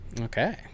Okay